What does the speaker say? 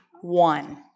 one